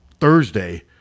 Thursday